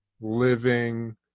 living